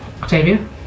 Octavia